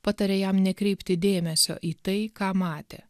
pataria jam nekreipti dėmesio į tai ką matė